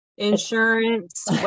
insurance